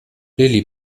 lilli